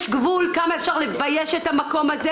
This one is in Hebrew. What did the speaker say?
יש גבול כמה אפשר לבייש את המקום הזה